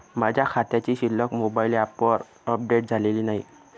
माझ्या खात्याची शिल्लक मोबाइल ॲपवर अपडेट झालेली नाही